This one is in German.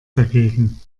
dagegen